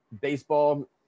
baseball